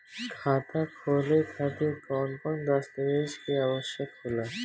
खाता खोले खातिर कौन कौन दस्तावेज के आवश्यक होला?